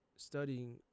Studying